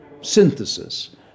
synthesis